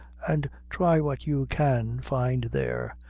and try what you can find there.